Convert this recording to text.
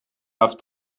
have